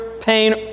pain